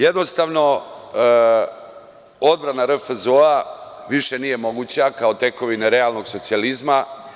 Jednostavno, odbrana RFZO više nije moguća kao tekovina realnog socijalizma.